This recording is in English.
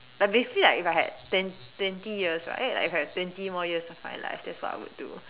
but basically like if I had like ten twenty years right like if I had twenty more years of my life that's what I would do